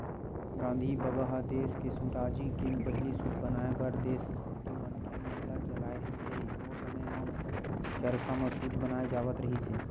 गांधी बबा ह देस के सुराजी के पहिली सूत बनाए बर देस के मनखे मन ल जगाए रिहिस हे, ओ समे म चरखा म सूत बनाए जावत रिहिस हे